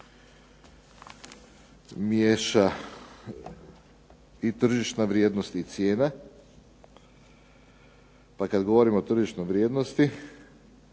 miješa i tržišna vrijednost i cijena. Pa kad govorimo o tržišnoj vrijednosti